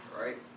right